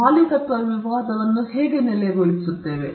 ಈ ಮಾಲೀಕತ್ವ ವಿವಾದವನ್ನು ನಾವು ಹೇಗೆ ನೆಲೆಗೊಳಿಸಲಿದ್ದೇವೆ